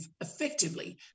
effectively